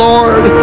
Lord